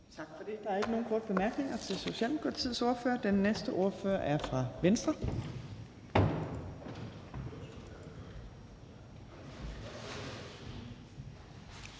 Tak for det. Der er ikke nogen korte bemærkninger til Socialdemokratiets ordfører. Den næste ordfører er fra Venstre.